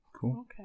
cool